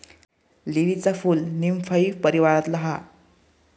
लीलीचा फूल नीमफाई परीवारातला हा